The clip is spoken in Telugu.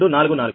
0244